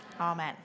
Amen